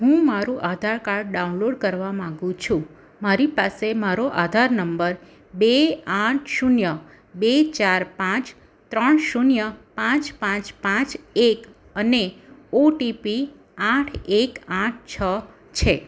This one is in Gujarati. હું મારું આધારકાર્ડ ડાઉનલોડ કરવા માંગુ છું મારી પાસે મારો આધાર નંબર બે આઠ શૂન્ય બે ચાર પાંચ ત્રણ શૂન્ય પાંચ પાંચ પાંચ એક અને ઓટીપી આઠ એક આઠ છ છે